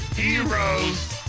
heroes